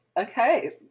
Okay